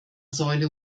säule